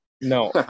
No